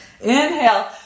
Inhale